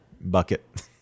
Bucket